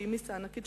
שהיא מיסה ענקית,